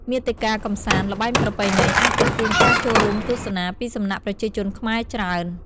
មាតិកាកម្សាន្ត ល្បែងប្រពៃណីអាចទាក់ទាញការចូលរួមទស្សនាពីសំណា់ប្រជាជនខ្មែរច្រើន។